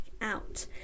out